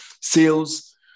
sales